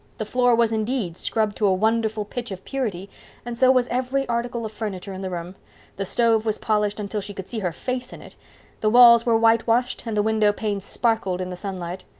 the floor was indeed scrubbed to a wonderful pitch of purity and so was every article of furniture in the room the stove was polished until she could see her face in it the walls were whitewashed and the window panes sparkled in the sunlight.